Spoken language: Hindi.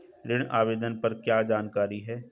ऋण आवेदन पर क्या जानकारी है?